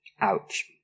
Ouch